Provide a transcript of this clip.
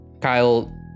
Kyle